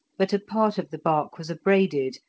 but a part of the bark was abraded,